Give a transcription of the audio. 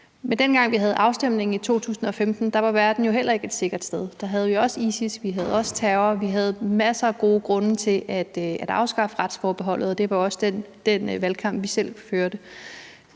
Men dengang vi havde afstemningen i 2015, var verden jo heller ikke et sikkert sted, for der havde vi også ISIS, der havde vi også terror, og vi havde masser af gode grunde til at afskaffe retsforbeholdet; og det var også det, vi selv førte